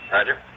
Roger